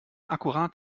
akkurat